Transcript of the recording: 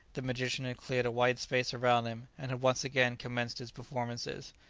the magician had cleared a wide space around him, and had once again commenced his performances.